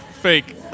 Fake